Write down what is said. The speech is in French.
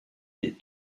des